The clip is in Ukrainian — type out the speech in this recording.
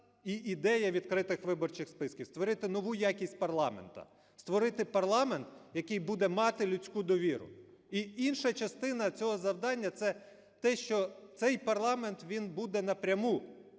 і ідея відкритих виборчих списків – створити нову якість парламенту, створити парламент, який буде мати людську довіру. І інша частина цього завдання – це те, що цей парламент, він буде напряму